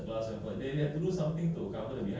tapi it won't affect our glass ah katakan dia dia